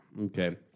okay